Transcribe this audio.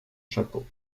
chapeau